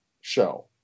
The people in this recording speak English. show